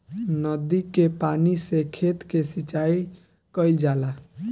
नदी के पानी से खेत के सिंचाई कईल जाला